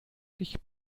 dich